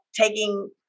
taking